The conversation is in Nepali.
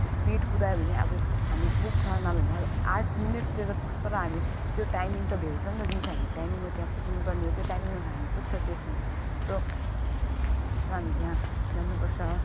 स्पिड कुदायो भने अब हामी पुग्छ नभए नि अब आठ मिनटतिर त पुग्छ नभए नि अब आठ मिनटतिर पुग्छ तर हामी त्यो टाइमिङ त भ्याउँछ नि त जुन चाहिँ टाइमिङमा हामी त्यहाँ पुग्नुपर्ने हो त्यो टाइमिङमा त हामी पुग्छ त्यसमा सो र हामी त्यहाँ जानुपर्छ